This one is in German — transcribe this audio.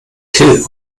till